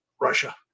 Russia